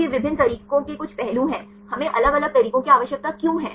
तो ये विभिन्न तरीकों के कुछ पहलू हैं हमें अलग अलग तरीकों की आवश्यकता क्यों है